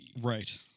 Right